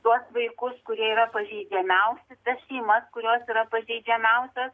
tuos vaikus kurie yra pažeidžiamiausi tas šeimas kurios yra pažeidžiamiausios